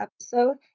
episode